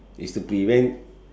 is to prevent